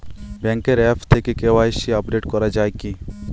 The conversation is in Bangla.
ব্যাঙ্কের আ্যপ থেকে কে.ওয়াই.সি আপডেট করা যায় কি?